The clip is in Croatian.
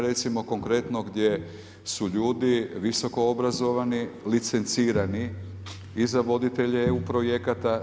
Recimo konkretno gdje su ljudi visoko obrazovani, licencirani i za voditelje EU projekata.